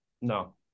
No